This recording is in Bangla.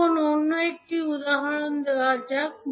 এখন অন্য একটি উদাহরণ নেওয়া যাক